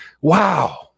Wow